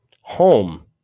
Home